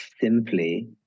simply